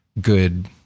good